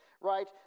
Right